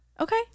Okay